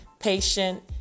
patient